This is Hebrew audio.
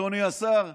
אדוני השר,